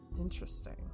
Interesting